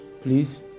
please